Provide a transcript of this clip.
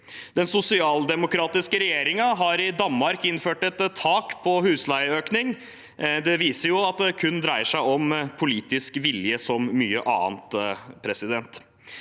Den sosialdemokratiske regjeringen i Danmark har innført et tak på husleieøkning. Det viser at det kun dreier seg om politisk vilje – som mye annet.